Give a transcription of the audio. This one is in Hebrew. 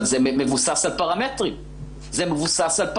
זה מבוסס על פרמטרים מדידים.